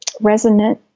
resonant